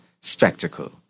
spectacle